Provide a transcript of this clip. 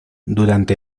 durante